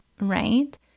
right